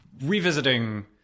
revisiting